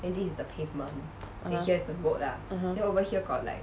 (uh huh) (uh huh)